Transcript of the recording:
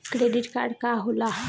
Credit card का होला?